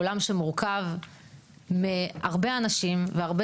הוא עולם שמורכב מהרבה אנשים והרבה